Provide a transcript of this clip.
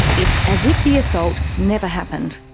it's as if the assault never happened.